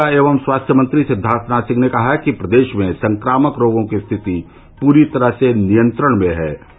चिकित्सा एवं स्वास्थ्य मंत्री सिद्दार्थ नाथ सिंह ने कहा कि प्रदेष में संक्रामक रोगों की स्थिति पूरी तरह नियंत्रण में है